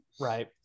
Right